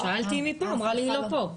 שאלתי אם היא פה, היא אמרה לי שהיא לא פה.